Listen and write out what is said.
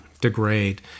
degrade